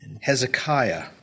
Hezekiah